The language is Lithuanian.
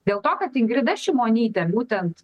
dėl to kad ingrida šimonytė būtent